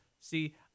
See